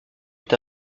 est